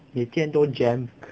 每天都 jam